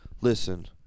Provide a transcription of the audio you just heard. listen